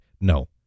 No